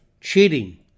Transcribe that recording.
cheating